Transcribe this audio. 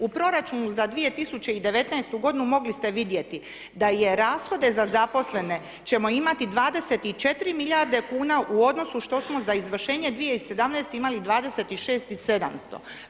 U proračunu za 2019. g. mogli ste vidjeti da rashode za zaposlene ćemo imati 24 milijarde kuna u odnosu što smo za izvršenje 2017. imali 26 i 700.